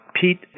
Pete